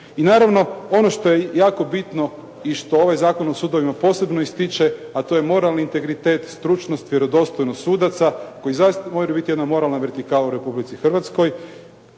I naravno, ono što je jako bitno i što ovaj Zakon o sudovima posebno ističe, a to je moralni integritet, stručnost, vjerodostojnost sudaca koji zaista moraju biti jedna moralna vertikala u Republici Hrvatskoj.